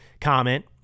comment